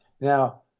Now